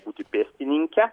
būti pėstininke